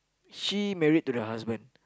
she married to the husband